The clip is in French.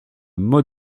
mot